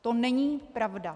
To není pravda!